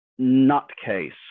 nutcase